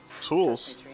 tools